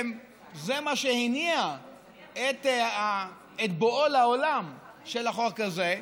זה מה שהניע את בואו לעולם של החוק הזה,